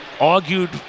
argued